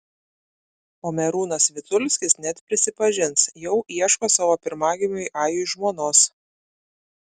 o merūnas vitulskis net prisipažins jau ieško savo pirmagimiui ajui žmonos